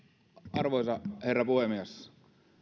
arvoisa herra puhemies